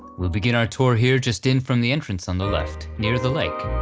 we'll begin our tour here just in from the entrance on the left near the lake.